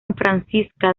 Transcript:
francisca